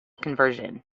conversion